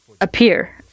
appear